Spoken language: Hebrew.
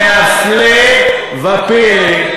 והפלא ופלא,